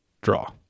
draw